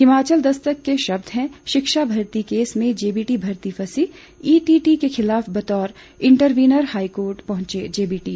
हिमाचल दस्तक के शब्द हैं शिक्षक भर्ती केस में जेबीटी भर्ती फंसी ईटीटी के खिलाफ बतौर इंटरवीनर हाईकोर्ट पहुंचे जेबीटी